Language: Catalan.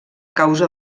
causa